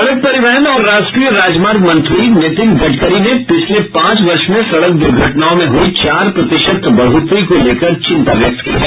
सड़क परिवहन और राष्ट्रीय राजमार्ग मंत्री नितिन गड़करी ने पिछले पांच वर्ष में सड़क दुर्घटनाओं में हुई चार प्रतिशत बढ़ोतरी को लेकर चिन्ता व्यक्त की है